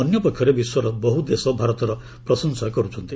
ଅନ୍ୟପକ୍ଷରେ ବିଶ୍ୱର ବହୁ ଦେଶ ଭାରତର ପ୍ରଶଂସା କରୁଛନ୍ତି